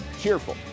Cheerful